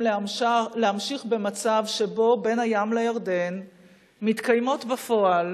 להמשיך במצב שבו בין הים לירדן מתקיימות בפועל